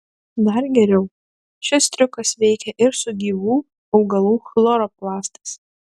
dar geriau šis triukas veikia ir su gyvų augalų chloroplastais